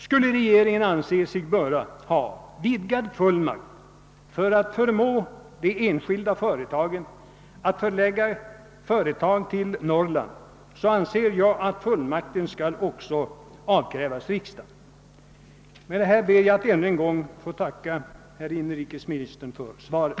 Skulle regeringen anse sig böra ha vidgade fullmakter för att förmå enskilda företag att förlägga sin verksamhet till Norrland, anser jag att sådana också skall krävas av riksdagen. Med det anförda ber jag ännu en gång att få tacka herr inrikesministern för svaret.